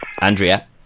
andrea